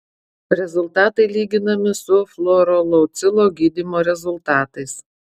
rezultatai lyginami su fluorouracilo gydymo rezultatais